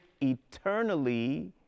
eternally